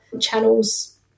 channels